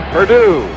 Purdue